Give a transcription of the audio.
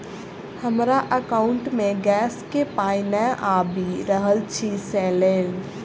हमरा एकाउंट मे गैस केँ पाई नै आबि रहल छी सँ लेल?